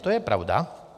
To je pravda.